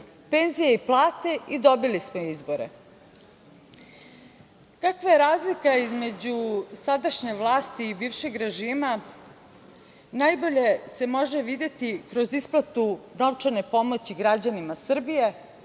penzije i plate i dobili smo izbore. Kakva je razlika između sadašnje vlasti i bivšeg režima najbolje se može videti kroz isplatu novčane pomoći građanima Srbije.